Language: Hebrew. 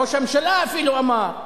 ראש הממשלה אפילו אמר: